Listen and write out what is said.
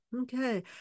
Okay